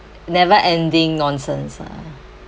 never ending nonsense ah